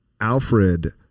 Alfred